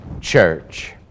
church